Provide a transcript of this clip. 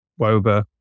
Woba